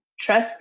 trust